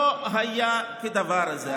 לא היה כדבר הזה.